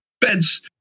beds